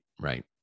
right